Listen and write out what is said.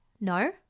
No